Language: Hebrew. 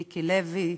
מיקי לוי,